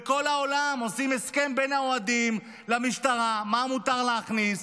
בכל העולם עושים הסכם בין האוהדים למשטרה מה מותר להכניס.